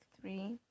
three